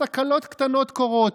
תקלות קטנות קורות.